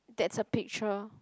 that's a picture